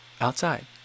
outside